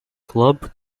club